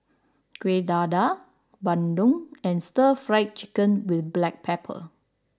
Kuih Dadar Bandung and Stir Fry Chicken with Black Pepper